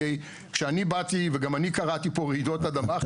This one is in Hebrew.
כי כשאני באתי, וגם אני קראתי פה רעידות אדמה.